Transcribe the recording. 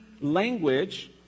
language